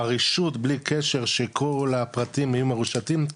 הרשות בלי קשר שכל הפרטיים יהיו מרושתים,